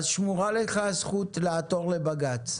שמורה לך הזכות לעתור לבג"ץ.